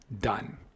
done